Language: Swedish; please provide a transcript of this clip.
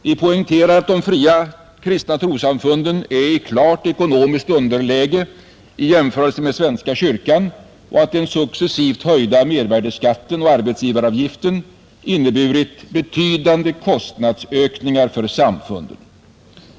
Vi poängterar att de fria kristna trossamfunden är i klart ekonomiskt underläge i jämförelse med svenska kyrkan samt att den successivt höjda mervärdeskatten och arbetsgivaravgiften har inneburit betydande kostnadsökningar för samfunden.